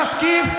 ומתקיף,